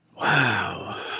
Wow